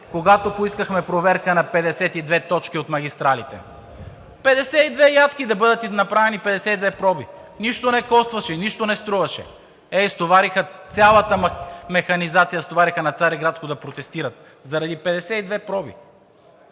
когато поискахме проверка на 52 точки от магистралите? 52 ядки, да бъдат направени 52 проби – нищо не костваше, нищо не струваше. Цялата механизация стовариха на „Цариградско“ да протестират заради 52 проби,